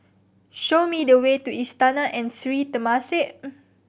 show me the way to Istana and Sri Temasek